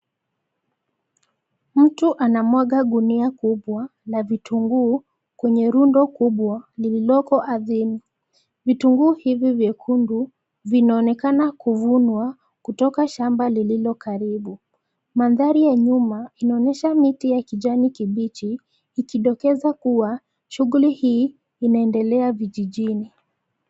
Mtu anamwaga gunia kubwa la vitunguu kwenye rundo kubwa lililoko ardhini. Vitunguu hivi vyekundu vinaonekana kuvunwa kutoka shamba lililo karibu. Mandhari ya nyuma inaonyesha miti ya kijani kibichi ikidokeza kua shughuli hii inaendelea vijijini.